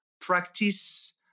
practice